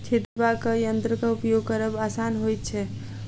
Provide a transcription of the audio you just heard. छिटबाक यंत्रक उपयोग करब आसान होइत छै